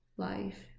Life